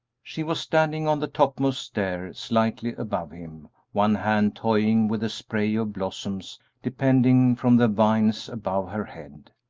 she was standing on the topmost stair, slightly above him, one hand toying with a spray of blossoms depending from the vines above her head.